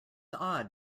odd